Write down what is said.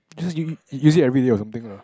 just give it use it everyday or something lah